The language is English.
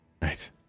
Right